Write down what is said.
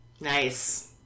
Nice